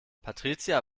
patricia